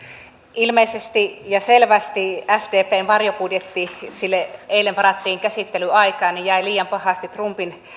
ilmeisesti ja selvästi sdpn varjobudjetti jolle eilen varattiin käsittelyaikaa jäi liian pahasti trumpin